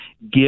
give